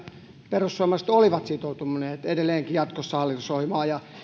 perussuomalaiset olivat sitoutuneet edelleenkin jatkossa hallitusohjelmaan ja